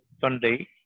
Sunday